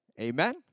Amen